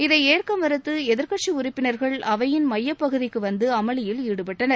இதை ஏற்க மறுத்து எதிர்கட்சி உறுப்பினர்கள் அவையின் மையப்பகுதிக்கு வந்து அமளியில் ஈடுபட்டனர்